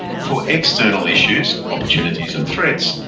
for external issues, opportunities and threats,